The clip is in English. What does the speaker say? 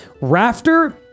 Rafter